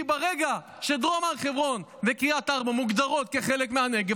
כי ברגע שדרום הר חברון וקריית ארבע מוגדרות כחלק מהנגב,